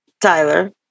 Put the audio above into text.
Tyler